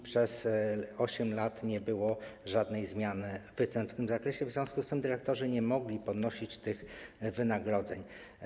Przez 8 lat nie było żadnej zmiany wyceny w tym zakresie i w związku z tym dyrektorzy nie mogli podwyższać tych wynagrodzeń.